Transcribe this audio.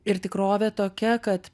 ir tikrovė tokia kad